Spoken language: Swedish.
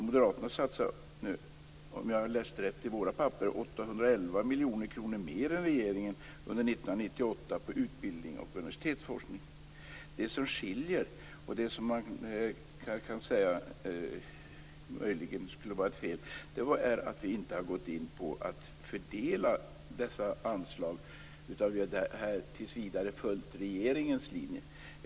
Moderaterna vill, om jag har läst rätt i våra papper, under 1998 satsa 811 miljoner kronor mer än regeringen på utbildning och universitetsforskning. Det som skiljer, och som möjligen skulle vara fel, är att vi inte har gått in på fördelningen av dessa anslag, utan vi har tills vidare följt regeringens linje.